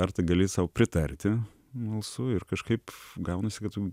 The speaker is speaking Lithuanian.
ar tai gali sau pritarti balsu ir kažkaip gaunasi kad tu